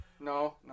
No